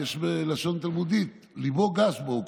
בלשון תלמודית: לבו גס בו,